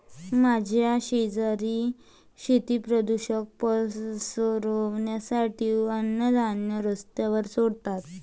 माझे शेजारी शेती प्रदूषण पसरवण्यासाठी अन्नधान्य रस्त्यावर सोडतात